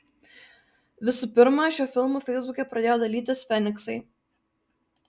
visų pirma šiuo filmu feisbuke pradėjo dalytis feniksai